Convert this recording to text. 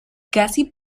casi